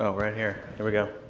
ah right here, here we go.